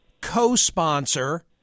co-sponsor